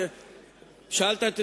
שאלת,